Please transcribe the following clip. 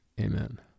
amen